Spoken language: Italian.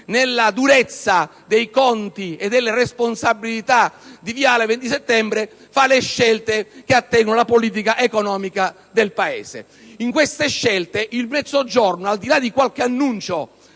alla durezza dei conti e delle responsabilità di via XX Settembre, compie le scelte che attengono alla politica economica del Paese. In queste scelte, al di là di qualche annuncio